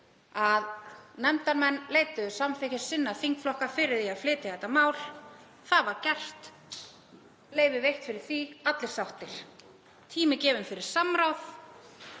að nefndarmenn leituðu samþykkis sinna þingflokka fyrir því að flytja það mál. Það var gert, leyfi veitt fyrir því, allir sáttir og tími gefinn fyrir samráð.